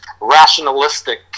rationalistic